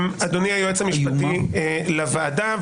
אדוני היועץ המשפטי לוועדה,